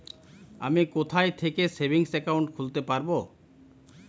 আমি কোথায় থেকে সেভিংস একাউন্ট খুলতে পারবো?